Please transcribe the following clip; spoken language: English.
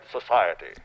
society